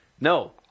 No